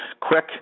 quick